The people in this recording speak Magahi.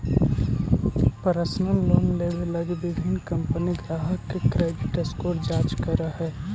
पर्सनल लोन देवे लगी विभिन्न कंपनि ग्राहक के क्रेडिट स्कोर जांच करऽ हइ